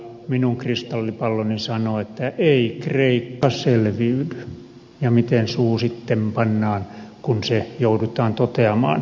minun kristallipalloni sanoo että ennen kristusta ikka selviydy ja miten suu sitten pannaan kun se joudutaan toteamaan